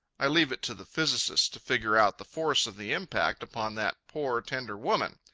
i leave it to the physicists to figure out the force of the impact upon that poor, tender woman.